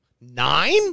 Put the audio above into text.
nine